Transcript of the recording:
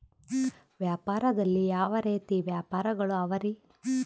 ವ್ಯಾಪಾರದಲ್ಲಿ ಯಾವ ರೇತಿ ವ್ಯಾಪಾರಗಳು ಅವರಿ?